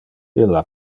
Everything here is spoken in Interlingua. illa